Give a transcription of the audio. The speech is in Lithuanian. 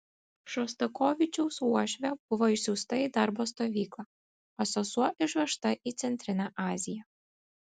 šostakovičiaus uošvė buvo išsiųsta į darbo stovyklą o sesuo išvežta į centrinę aziją